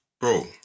Bro